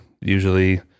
usually